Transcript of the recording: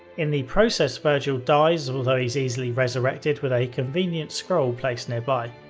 in the process, virgil dies although he's easily resurrected with a convenient scroll placed nearby.